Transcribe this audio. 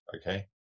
okay